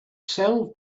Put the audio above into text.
sell